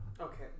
Okay